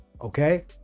okay